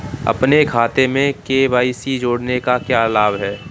अपने खाते में के.वाई.सी जोड़ने का क्या लाभ है?